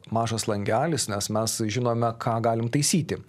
mažas langelis nes mes žinome ką galim taisyti